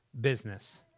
business